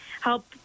help